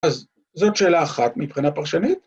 אז זאת שאלה אחת מבחינה פרשנית.